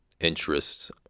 interests